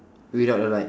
without the light